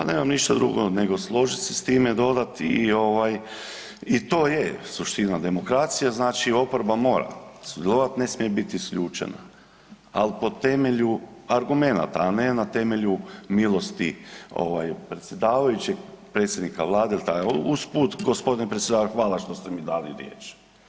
Pa nemam ništa drugo nego složiti se s time, dodati, i ovaj, i to je suština demokracije, znači oporba mora sudjelovati, ne smije biti isključena, ali po temelju argumenata, a ne na temelju milosti predsjedavajućeg, predsjednika Vlade ili ta, usput, g. predsjedavajući, hvala što ste mi dali riječ.